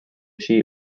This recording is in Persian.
کشی